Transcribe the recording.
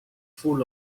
full